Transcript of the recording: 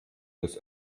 los